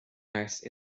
nurse